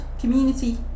community